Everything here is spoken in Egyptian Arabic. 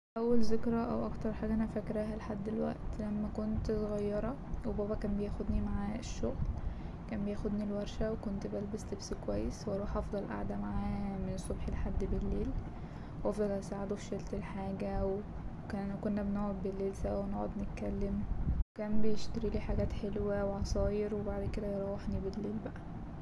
اول ذكرى أو أكتر حاجة أنا فاكراها لحد دلوقت لما كنت صغيرة وبابا كان بياخدني معاه الشغل كان بياخدني الورشة وكنت بلبس لبس كويس واروح أفضل قاعدة معاه من الصبح لحد بالليل وأفضل اساعده في شيلة الحاجه وك- كنا بنقعد بالليل سوا ونقعد نتكلم وكان بيشتريلي حاجات حلوة وعصاير وبعد كده يروحني بالليل بقى.